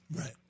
Right